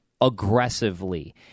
aggressively